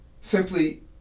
simply